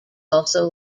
also